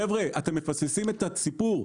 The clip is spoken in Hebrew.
חבר'ה, אתם מפספסים את הסיפור.